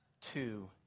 two